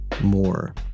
more